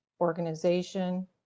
organization